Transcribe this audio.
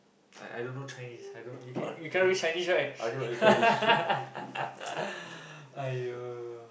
I I don't know Chinese I don't know you can't you cannot read Chinese right !aiyo!